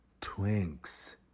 twinks